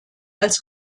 als